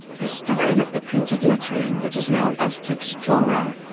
the style of the printed lettering which is known as textura,